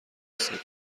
سکه